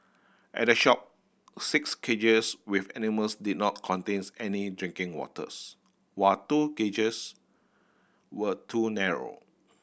at the shop six cages with animals did not contains any drinking waters while two cages were too narrow